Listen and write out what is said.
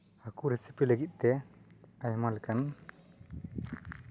ᱦᱟᱹᱠᱩ ᱨᱮᱥᱤᱯᱤ ᱞᱟᱹᱜᱤᱫ ᱛᱮ ᱟᱭᱢᱟ ᱞᱮᱠᱟᱱ